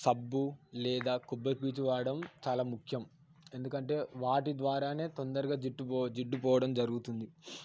సబ్బు లేదా కొబ్బరి పీచు వాడటం చాలా ముఖ్యం ఎందుకంటే వాటి ద్వారానే తొందరగా జిడ్డు పో జిడ్డు పోవడం జరుగుతుంది